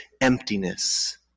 emptiness